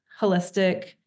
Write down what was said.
holistic